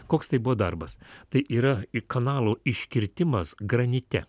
koks tai buvo darbas tai yra į kanalų iškirtimas granite